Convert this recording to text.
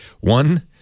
One